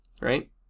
right